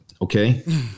Okay